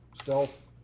Stealth